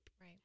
Right